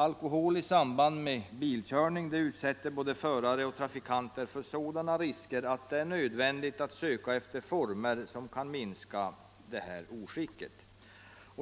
Alkohol i samband med bilkörning utsätter både förare och trafikanter för sådana risker att det är nödvändigt att söka efter former som kan minska detta oskick.